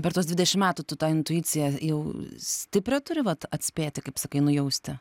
per tuos dvidešimt metų tu tą intuiciją jau stiprią turi vat atspėti kaip sakai nujausti